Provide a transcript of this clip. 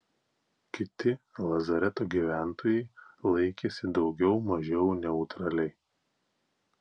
kiti lazareto gyventojai laikėsi daugiau mažiau neutraliai